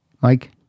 Mike